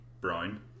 brown